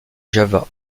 java